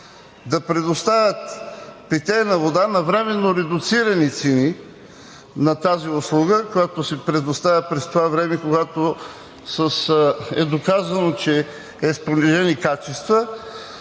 да предоставят питейна вода на временно редуцирани цени на тази услуга, която се предоставя през това време, когато е доказано, че е с понижени качества?